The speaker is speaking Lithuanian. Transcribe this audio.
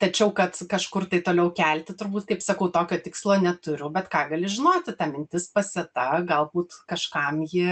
tačiau kad kažkur tai toliau kelti turbūt kaip sakau tokio tikslo neturiu bet ką gali žinoti ta mintis pasėta galbūt kažkam ji